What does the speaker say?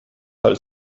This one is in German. halt